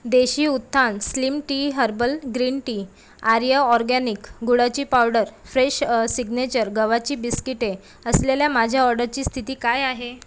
देशी Utthan slim tea herbal green tea Arya organic गुळाची powder fresh signature गव्हाची बिस्किटे असलेल्या माझ्या ऑर्डरची स्थिती काय आहे